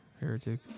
Heretic